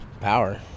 Power